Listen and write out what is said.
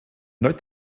note